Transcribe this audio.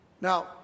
Now